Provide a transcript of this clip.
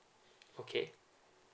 okay